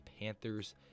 Panthers